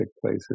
places